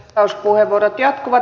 vastauspuheenvuorot jatkuvat